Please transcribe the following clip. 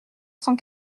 cent